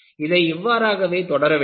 இதை இவ்வாறாகவே தொடர வேண்டும்